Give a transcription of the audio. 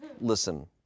listen